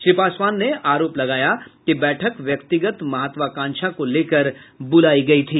श्री पासवान ने आरोप लगाया कि बैठक व्यक्तिगत महत्वाकांक्षा को लेकर बुलाई गयी थी